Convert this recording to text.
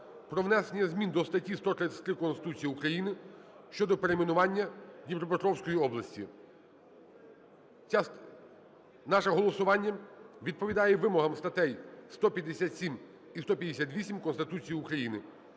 про внесення змін до статті 133 Конституції України щодо перейменування Дніпропетровської області. Ця… Наше голосування відповідає вимогам статей 157 і 158 Конституції України.